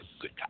good